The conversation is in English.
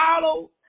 follow